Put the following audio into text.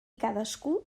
cadascú